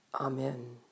Amen